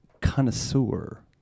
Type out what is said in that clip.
connoisseur